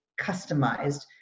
customized